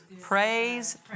Praise